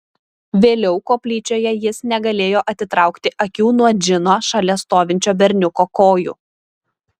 vėliau koplyčioje jis negalėjo atitraukti akių nuo džino šalia stovinčio berniuko kojų